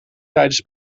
tijdens